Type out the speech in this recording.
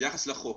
זה ביחס לחוק,